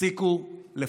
תפסיקו לפחד,